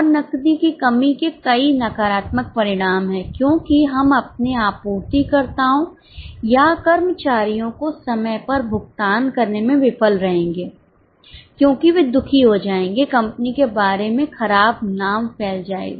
और नकदी की कमी के कई नकारात्मक परिणाम हैं क्योंकि हम अपने आपूर्तिकर्ताओं या कर्मचारियों को समय पर भुगतान करने में विफल रहेंगे क्योंकि वे दुखी हो जाएंगे कंपनी के बारे में खराब नाम फैल जाएगा